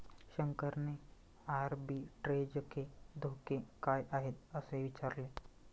शंकरने आर्बिट्रेजचे धोके काय आहेत, असे विचारले